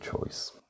choice